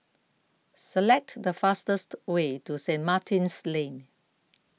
select the fastest way to Saint Martin's Lane